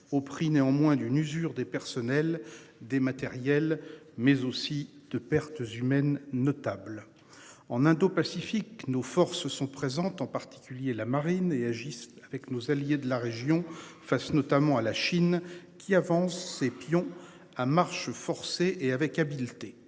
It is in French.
au prix néanmoins d'une usure des personnels des matériels, mais aussi de pertes humaines notable. En indopacifique. Nos forces sont présentes, en particulier la marine et agissent avec nos alliés de la région face notamment à la Chine qui avance ses pions à marche forcée et avec habileté.